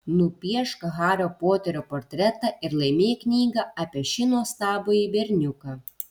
nupiešk hario poterio portretą ir laimėk knygą apie šį nuostabųjį berniuką